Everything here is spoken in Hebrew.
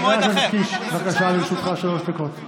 חבר הכנסת קיש, בבקשה, לרשותך שלוש דקות.